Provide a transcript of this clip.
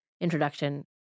introduction